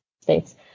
States